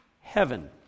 heaven